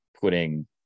putting